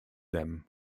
them